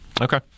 Okay